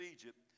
Egypt